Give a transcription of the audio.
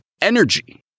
energy